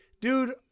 Dude